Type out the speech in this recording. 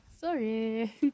Sorry